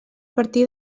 partir